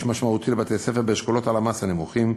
משמעותי לבתי-הספר באשכולות הלמ"ס הנמוכים,